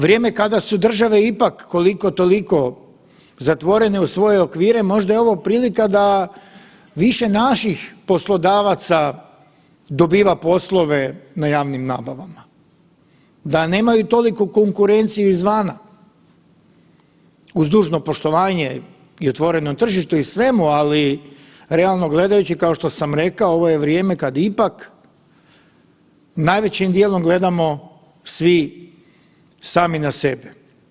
Vrijeme kada su države ipak koliko toliko zatvorene u svoje okvire, možda je ovo prilika da više naših poslodavaca dobiva poslove na javnim nabavama, da nemaju toliku konkurenciju izvana uz dužno poštovanje i otvorenom tržištu i svemu, ali realno gledajući kao što sam rekao ovo je vrijeme kad ipak najvećim dijelom gledamo svi sami na sebe.